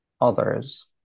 others